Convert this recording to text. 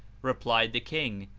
replied the king,